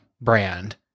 brand